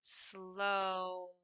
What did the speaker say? slow